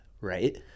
right